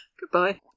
Goodbye